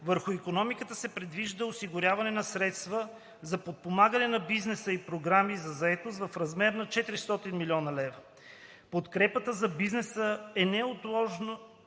върху икономиката се предвижда осигуряване на средства за подпомагане на бизнеса и програми за заетост в размер до 400,0 млн. лв. Подкрепата за бизнеса е наложително